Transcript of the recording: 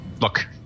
Look